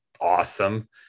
awesome